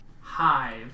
hive